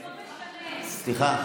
סליחה,